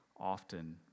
often